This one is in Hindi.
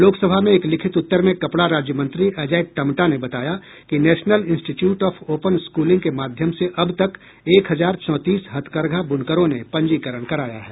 लोकसभा में एक लिखित उत्तर में कपड़ा राज्य मंत्री अजय टमटा ने बताया कि national institute of open schooling के माध्यम से अब तक एक हजार चौंतीस हथकर्घा ब्रनकरों ने पंजीकरण कराया है